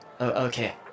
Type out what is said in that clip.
Okay